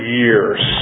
years